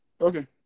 okay